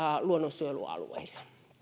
luonnonsuojelualueilla